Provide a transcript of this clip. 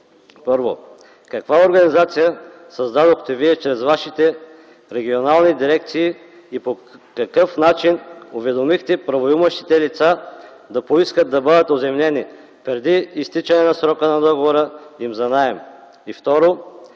Първо, каква организация създадохте Вие чрез Вашите регионални дирекции и по такъв начин уведомихте правоимащите лица да поискат да бъдат оземлени преди изтичане на срока на договора им за наем? И второ,